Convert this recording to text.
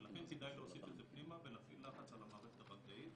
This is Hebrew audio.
ולכן כדאי להוסיף את זה פנימה ולהפעיל לחץ על המערכת הבנקאית